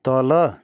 तल